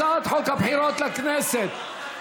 הצעת חוק הבחירות לכנסת (תיקון,